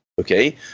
Okay